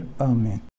Amen